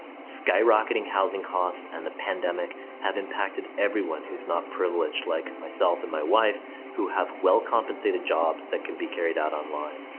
skyrocketing housing costs and the pandemic have impacted everyone who's not privileged like myself and my wife who have well compensated jobs that can be carried out online.